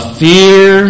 fear